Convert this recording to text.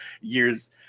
years